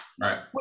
Right